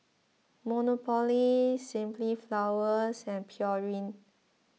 Monopoly Simply Flowers and Pureen